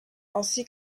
ainsi